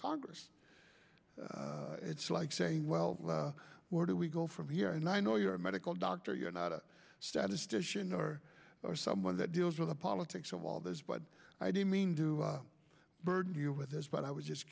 congress it's like saying well where do we go from here and i know you're a medical doctor you're not a statistician or someone that deals with the politics of all this but i didn't mean to burden you with this but i was just